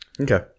Okay